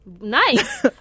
Nice